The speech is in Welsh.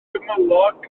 gymylog